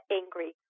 angry